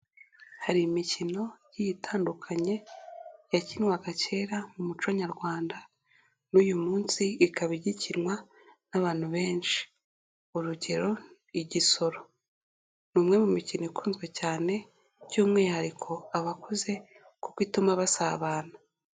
Hari imikino igiye itandukanye yakinwaga kera mu muco nyarwanda n'uyu munsi ikaba igikinwa n'abantu benshi, urugero igisoro ni umwe mu mikino ikunzwe cyane by'umwihariko abakuze kuko ituma basabana.